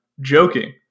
joking